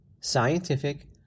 scientific